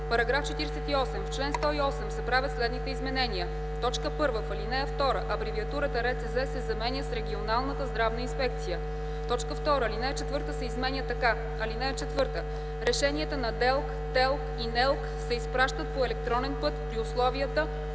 § 48: „§ 48. В чл. 108 се правят следните изменения: 1. В ал. 2 абревиатурата „РЦЗ” се заменя с „регионалната здравна инспекция”. 2. Алинея 4 се изменя така: „(4) Решенията на ДЕЛК, ТЕЛК и НЕЛК се изпращат по електронен път, при условията